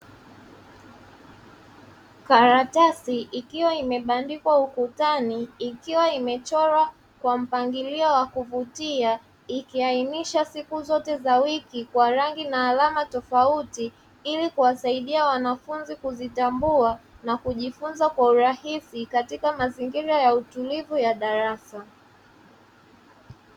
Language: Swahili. Karatasi ikiwa imebandikwa ukutani ikiwa imechorwa kwa mpangilio wa kuvutia, ikiainisha siku zote za wiki kwa rangi na alama tofauti ili kuwasaidia wanafunzi kuzitambua na kujifunza kwa urahisi katika mazingira ya utulivu ya darasa.